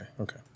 Okay